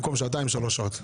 במקום שעתיים יהיו שלוש שעות.